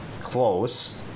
close